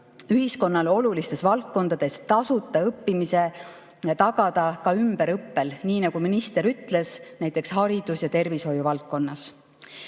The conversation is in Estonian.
ühiskonnale olulistes valdkondades tagada tasuta õppimise ka ümberõppe korral, nii nagu minister ütles, näiteks haridus- ja tervishoiuvaldkonnas.